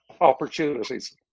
opportunities